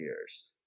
years